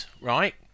right